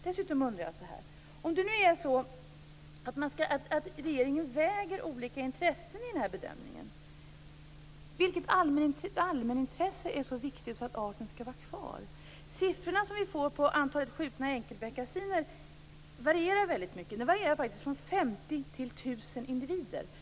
Dessutom undrar jag: Om nu regeringen väger olika intressen i den här bedömningen, vilket allmänintresse är viktigare än att arten skall vara kvar? De siffror vi får på antalet skjutna enkelbeckasinser varierar väldigt mycket, från 50 till 1 000 individer.